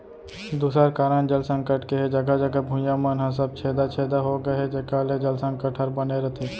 दूसर कारन जल संकट के हे जघा जघा भुइयां मन ह सब छेदा छेदा हो गए हे जेकर ले जल संकट हर बने रथे